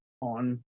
on